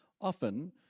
Often